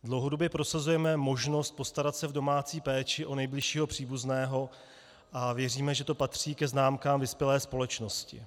Dlouhodobě prosazujeme možnost postarat se v domácí péči o nejbližšího příbuzného a věříme, že to patří ke známkám vyspělé společnosti.